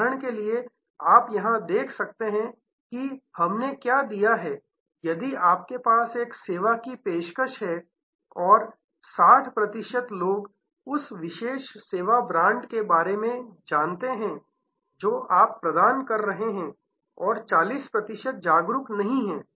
उदाहरण के लिए आप यहां देख सकते हैं कि हमने क्या दिया है यदि आपके पास एक सेवा की पेशकश है और 60 प्रतिशत लोग उस विशेष सेवा ब्रांड के बारे में जानते हैं जो आप प्रदान कर रहे हैं और 40 प्रतिशत जागरूक नहीं हैं